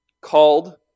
called